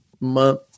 month